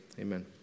amen